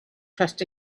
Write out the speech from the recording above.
trust